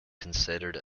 considered